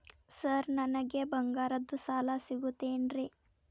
Sir ನನಗೆ ಬಂಗಾರದ್ದು ಸಾಲ ಸಿಗುತ್ತೇನ್ರೇ?